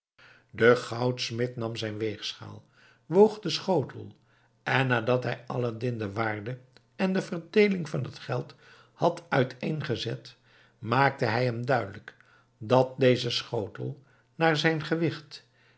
de goudsmid nam zijn weegschaal woog den schotel en nadat hij aladdin de waarde en de verdeeling van het geld had uiteengezet maakte hij hem duidelijk dat deze schotel naar zijn gewicht